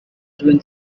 twin